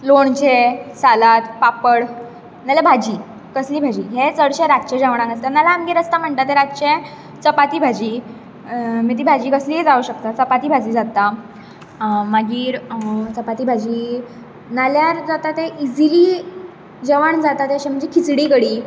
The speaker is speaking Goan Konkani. लोणचें सालाद पापड ना जाल्यार भाजी कसलीय भाजी हें चडशें रातच्या जेवणाक आसता ना जाल्यार आमगेर आसता म्हणटा तें रातचें चपाटी भाजी मेथी भाजी कसलीय जावंक शकता चपाटी भाजी जाता मागीर चपाटी भाजी नाजाल्यार जाता तें इजिली जेवण जाता तें म्हणजें किचडी कडी